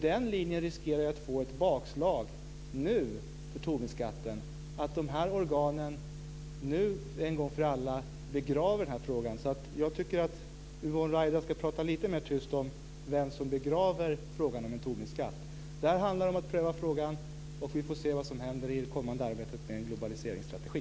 Den linjen riskerar nämligen att vi får ett bakslag nu för Tobinskatten och att de här organen nu och en gång för alla begraver frågan. Jag tycker alltså att Yvonne Ruwaida ska prata lite tystare om vem som begraver frågan om en Tobinskatt. Detta handlar om att pröva frågan, och vi får se vad som händer i det kommande arbetet med en globaliseringsstrategi.